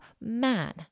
man